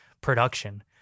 production